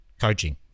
coaching